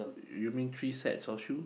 you mean three sets of shoe